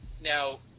now